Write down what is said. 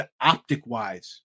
optic-wise